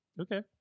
okay